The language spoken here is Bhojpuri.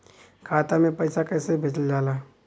खाता में पैसा कैसे भेजल जाला?